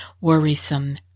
worrisome